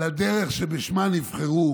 לדרך שבשמה נבחרו,